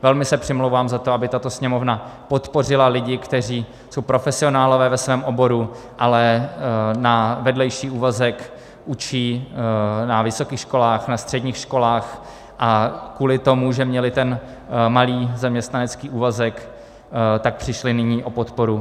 Velmi se přimlouvám za to, aby tato Sněmovna podpořila lidi, kteří jsou profesionálové ve svém oboru, ale na vedlejší úvazek učí na vysokých školách, na středních školách a kvůli tomu, že měli ten malý zaměstnanecký úvazek, nyní přišli o podporu.